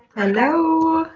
hello?